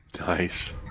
Nice